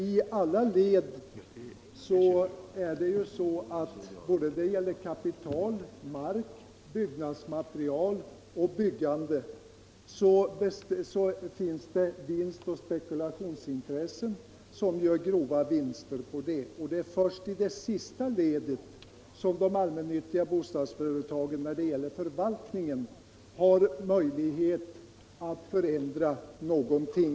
I alla led — det gäller kapital, mark, byggnadsmaterial och byggande — finns det vinstoch spekulationsintressen som gör grova förtjänster. Det är först i det sista ledet, förvaltningen, som de allmännyttiga bostadsföretagen har möjlighet att förändra någonting.